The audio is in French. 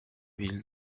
villes